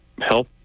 help